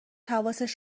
حواسش